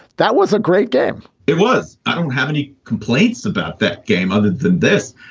that was a great game it was i don't have any complaints about that game other than this,